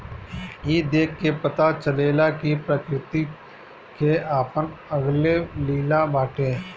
ई देख के पता चलेला कि प्रकृति के आपन अलगे लीला बाटे